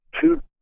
two